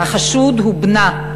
החשוד הוא בנה,